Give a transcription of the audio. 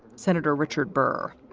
senator richard burr.